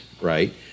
right